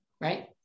Right